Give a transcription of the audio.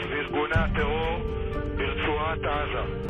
ואיתור נעדר או שבוי,